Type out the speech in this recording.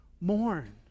mourn